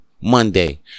Monday